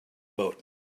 boat